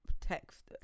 text